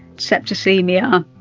septicaemia.